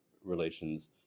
relations